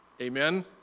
Amen